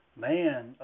man